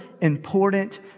important